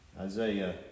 Isaiah